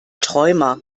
träumer